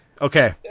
Okay